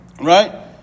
right